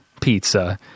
pizza